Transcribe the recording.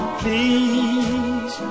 please